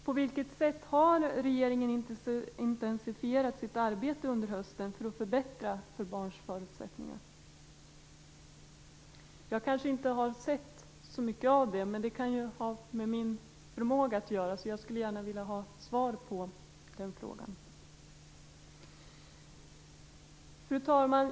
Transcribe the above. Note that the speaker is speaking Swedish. På vilket sätt har regeringen intensifierat sitt arbete under hösten för att förbättra barns förutsättningar? Jag kanske inte har sett så mycket av det, men det kan ju ha med min förmåga att göra. Jag skulle gärna vilja ha svar på den frågan. Fru talman!